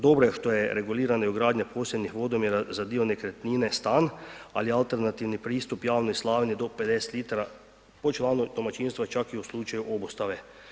Dobro što je regulirana i ugradnja posebnih vodomjera za dio nekretnine stan, al i alternativni pristup javnoj slavini do 50 litara po članu domaćinstva čak i u slučaju obustave.